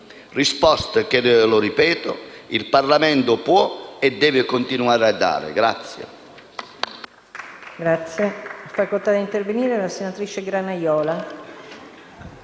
risposte che - lo ripeto - il Parlamento può e deve continuare a dare.